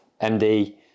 MD